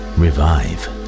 revive